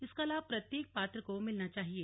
इसका लाभ प्रत्येक पात्र को मिलना चाहिए